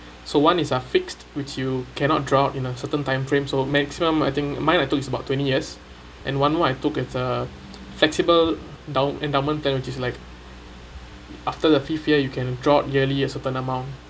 so one is a fixed which you cannot draw out in a certain time frames or maximum I think mine I took is about twenty years and one more I took it's a flexible dow~ endowment plan which is like after the fifth year you can draw out yearly a certain amount